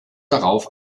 darauf